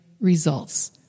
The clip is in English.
results